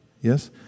Yes